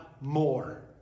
more